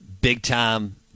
big-time